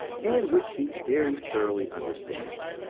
and which she very thoroughly understands.